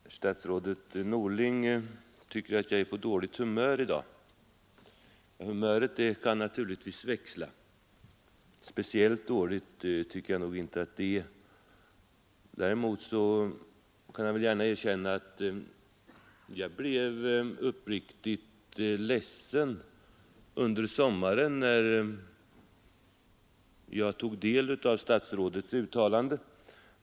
Herr talman! Statsrådet Norling tyckte att jag var på dåligt humör i dag, och humöret kan naturligtvis växla. Men speciellt dåligt tycker jag inte att mitt humör är. Däremot skall jag gärna erkänna att jag blev uppriktigt ledsen i somras, när jag tog del av statsrådets uttalande.